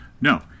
No